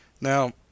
Now